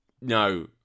no